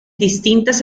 distintas